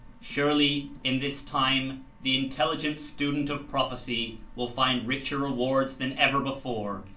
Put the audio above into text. surely, in this time the intelligent stu dent of prophecy will find richer rewards than ever before,